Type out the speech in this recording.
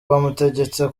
bamutegetse